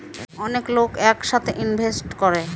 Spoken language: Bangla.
অনেক লোক এক সাথে ইনভেস্ট করে